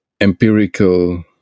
empirical